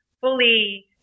fully